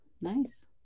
nice